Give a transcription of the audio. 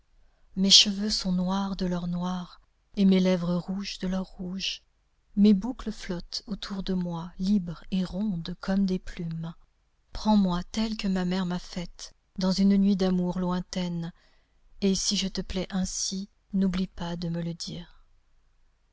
mes cheveux sont noirs de leur noir et mes lèvres rouges de leur rouge mes boucles flottent autour de moi libres et rondes comme des plumes prends moi telle que ma mère m'a faite dans une nuit d'amour lointaine et si je te plais ainsi n'oublie pas de me le dire